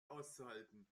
auszuhalten